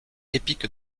épique